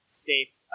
states